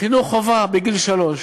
חינוך חובה בגיל שלוש.